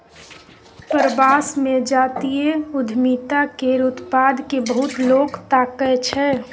प्रवास मे जातीय उद्यमिता केर उत्पाद केँ बहुत लोक ताकय छै